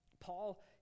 Paul